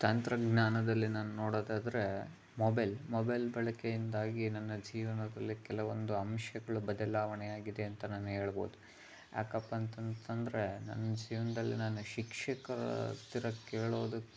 ತಂತ್ರಜ್ಞಾನದಲ್ಲಿ ನಾನು ನೋಡೋದಾದರೆ ಮೊಬೈಲ್ ಮೊಬೈಲ್ ಬಳಕೆಯಿಂದಾಗಿ ನನ್ನ ಜೀವನದಲ್ಲಿ ಕೆಲವೊಂದು ಅಂಶಗಳು ಬದಲಾವಣೆ ಆಗಿದೆ ಅಂತ ನಾನು ಹೇಳ್ಬೌದು ಯಾಕಪ್ಪ ಅಂತಂತಂದರೆ ನನ್ನ ಜೀವನದಲ್ಲಿ ನಾನು ಶಿಕ್ಷಕ ಹತ್ತಿರ ಕೇಳೋದು